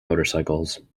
motorcycles